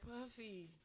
Puffy